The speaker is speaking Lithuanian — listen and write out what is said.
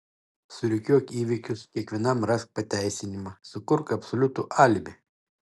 surikiuok įvykius kiekvienam rask pateisinimą sukurk absoliutų alibi